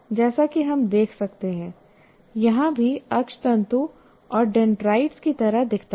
जैसा कि हम देख सकते हैं यह भी अक्षतंतु और डेन्ड्राइट की तरह दिखता है